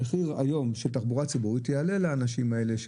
המחיר היום של תחבורה ציבורית יעלה לאנשים האלה.